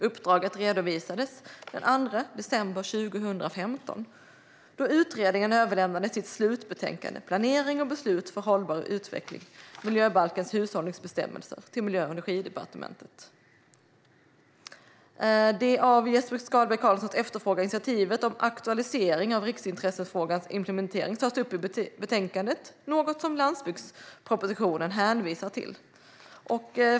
Uppdraget redovisades den 2 december 2015, då utredningen överlämnade sitt slutbetänkande Planering och beslut för hållbar utveckling - Miljöbalkens hushållningsbestämmelser till Miljö och energidepartementet. Det av Jesper Skalberg Karlsson efterfrågade initiativet om aktualisering av riksintressefrågans implementering tas upp i betänkandet, något som också landsbygdspropositionen hänvisar till.